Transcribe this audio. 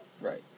Right